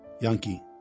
Yankee